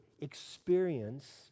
experience